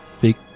big